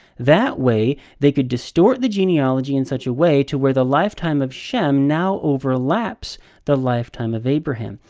that way they could distort the genealogy in such a way to where the lifetime of shem now overlaps the lifetime of abraham.